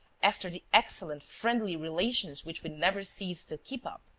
after the excellent friendly relations which we never ceased to keep up?